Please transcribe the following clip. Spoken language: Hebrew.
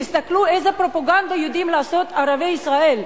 תסתכלו איזו פרופגנדה יודעים לעשות ערביי ישראל.